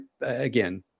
again